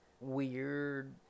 weird